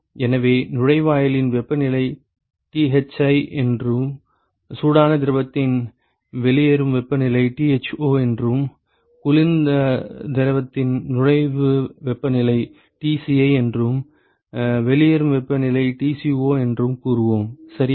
எனவே நுழைவாயிலின் வெப்பநிலை Thi என்றும் சூடான திரவத்தின் வெளியேறும் வெப்பநிலை Tho என்றும் குளிர்ந்த திரவத்தின் நுழைவு வெப்பநிலை Tci என்றும் வெளியேறும் வெப்பநிலை Tco என்றும் கூறுவோம் சரியா